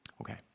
Okay